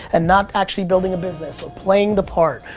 and not actually building a business, or playing the part,